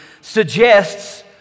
suggests